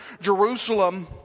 Jerusalem